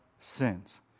sins